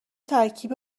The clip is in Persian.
ترکیب